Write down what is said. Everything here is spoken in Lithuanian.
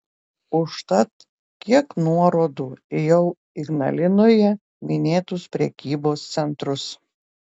užtat kiek nuorodų į jau ignalinoje minėtus prekybos centrus